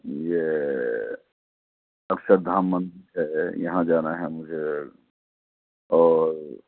یہ اکشردھام مندر ہے یہاں جانا ہے مجھے اور